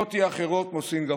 במדינות אי אחרות, כמו סינגפור,